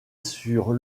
sur